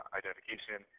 identification